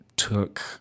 took